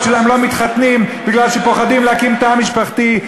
שלהם לא מתחתנים כי פוחדים להקים תא משפחתי,